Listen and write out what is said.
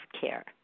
care